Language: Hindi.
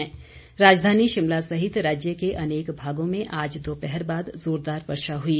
मौसम राजधानी शिमला सहित राज्य के अनेक भागों में आज दोपहरबाद जोरदार वर्षा हुई